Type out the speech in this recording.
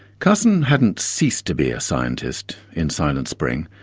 carson hadn't ceased to be a scientist in silent spring,